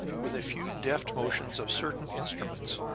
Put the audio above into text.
with a few deft motions of certain instruments,